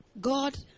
God